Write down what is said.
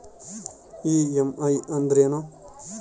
EMI ಅಂದ್ರೇನು?